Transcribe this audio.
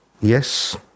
Yes